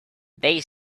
they